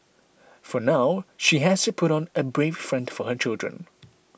for now she has to put on a brave front for her children